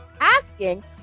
asking